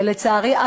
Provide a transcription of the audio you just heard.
ולצערי,